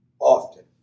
often